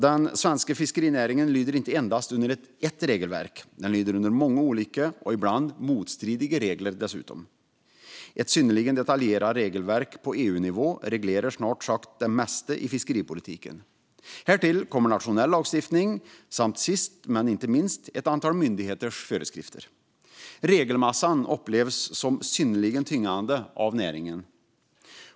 Den svenska fiskerinäringen lyder inte endast under ett regelverk, utan den lyder under många olika och ibland dessutom motstridiga regler. Ett synnerligen detaljerat regelverk på EU-nivå reglerar snart sagt det mesta i fiskeripolitiken. Härtill kommer nationell lagstiftning samt sist men inte minst ett antal myndigheters föreskrifter. Regelmassan upplevs som synnerligen tyngande av näringen.